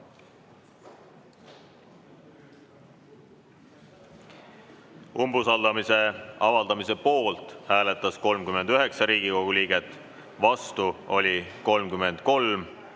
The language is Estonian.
Umbusalduse avaldamise poolt hääletas 39 Riigikogu liiget, vastu oli 33